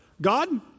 God